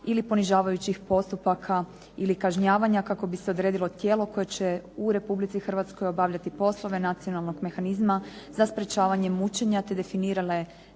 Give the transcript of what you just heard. ili ponižavajućih postupaka ili kažnjavanja kako bi se odredilo tijelo koje će u Hrvatskoj obavljati poslove nacionalnog mehanizma za sprečavanje mučenja te definirane